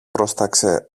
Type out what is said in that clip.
πρόσταξε